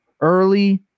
early